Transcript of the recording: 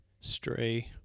stray